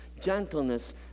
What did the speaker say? gentleness